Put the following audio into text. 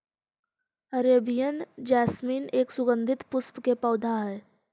Arabian jasmine एक सुगंधित पुष्प के पौधा हई